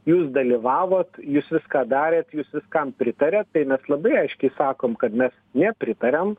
jūs dalyvavot jūs viską darėt jūs viskam pritarėt tai mes labai aiškiai sakom kad mes nepritariam